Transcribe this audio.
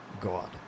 god